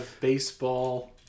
baseball